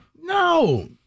No